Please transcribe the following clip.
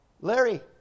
Larry